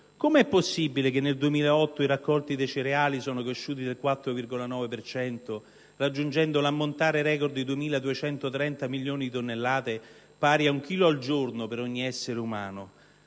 come sia possibile che nel 2008 i raccolti di cereali siano cresciuti del 4,9 per cento, raggiungendo l'ammontare *record* di 2.230 milioni di tonnellate (pari ad un chilo al giorno per ogni essere umano)